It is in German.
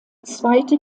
zweite